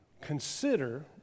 consider